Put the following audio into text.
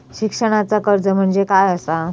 शिक्षणाचा कर्ज म्हणजे काय असा?